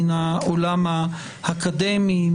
מן העולם האקדמי,